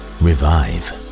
revive